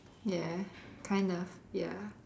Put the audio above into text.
ya kind of ya